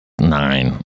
Nine